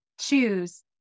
choose